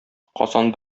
казан